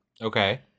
Okay